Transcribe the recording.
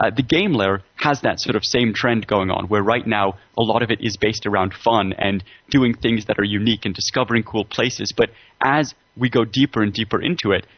ah the game layer has that sort of same trend going on, where right now a lot of it is based around fun, and doing things that are unique and discovering cool places, but as we go deeper and deeper into it,